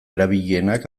erabilienak